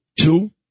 Two